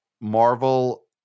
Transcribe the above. Marvel